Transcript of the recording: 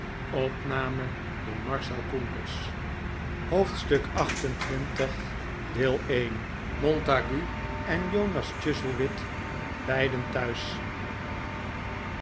hoofdstuk xxviji montague en jonas chuzzlewit beiden thuis